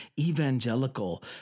evangelical